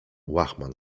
łachman